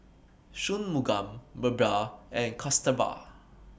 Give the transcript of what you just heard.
Shunmugam Birbal and Kasturba